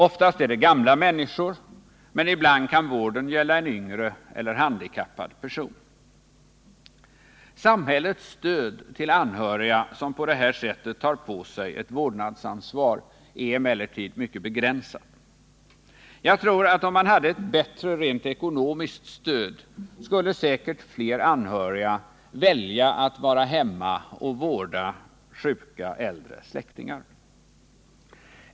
Oftast är det gamla människor, men ibland kan vården gälla en yngre eller handikappad person. Samhällets stöd till anhöriga som på det här sättet tar på sig ett vårdnadsansvar är emellertid mycket begränsat. Jag tror att om man hade ett bättre rent ekonomiskt stöd skulle säkert fler anhöriga välja att vara hemma och vårda sjuka äldre släktingar.